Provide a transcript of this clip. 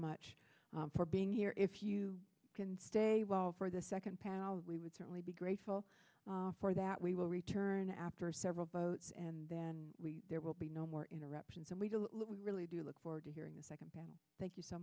much for being here if you can stay well for the second pass we would certainly be grateful for that we will return after several boats and then there will be no more interruptions and we really do look forward to hearing the second thank you so